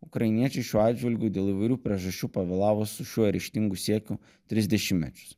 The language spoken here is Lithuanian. ukrainiečiai šiuo atžvilgiu dėl įvairių priežasčių pavėlavo su šiuo ryžtingu siekiu tris dešimtmečius